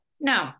No